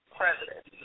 president